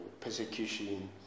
persecution